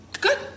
Good